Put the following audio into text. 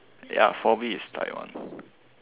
ya for me it's Taiwan